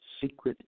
secret